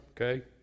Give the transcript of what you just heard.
Okay